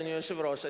אדוני היושב-ראש,